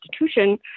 institution